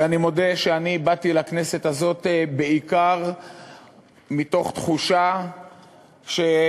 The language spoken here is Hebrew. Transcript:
ואני מודה שאני באתי לכנסת הזאת בעיקר מתוך תחושה שאם